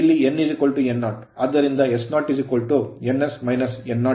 ಆದ್ದರಿಂದ s0 ns - n0ns ಅಥವಾ n0